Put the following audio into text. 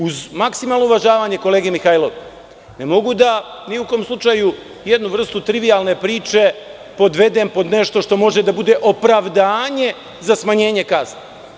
Uz maksimalno uvažavanje kolege Mihajlova, ne mogu da ni u kom slučaju jednu vrstu trivijalne priče podvedem pod nešto što može da bude opravdanje za smanjenje kazne.